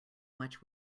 much